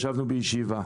ישבנו בישיבה.